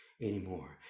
anymore